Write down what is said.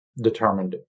determined